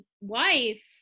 wife